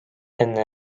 enne